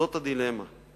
זאת הדילמה.